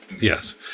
Yes